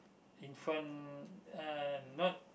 in front uh not